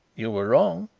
you were wrong,